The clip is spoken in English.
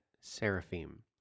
seraphim